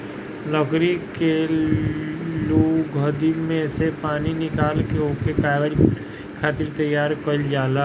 लकड़ी के लुगदी में से पानी निकाल के ओके कागज बनावे खातिर तैयार कइल जाला